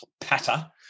patter